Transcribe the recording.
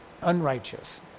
unrighteous